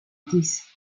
has